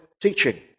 teaching